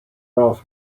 ralph